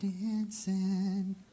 dancing